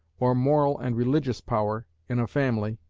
or moral and religious power, in a family,